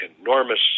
enormous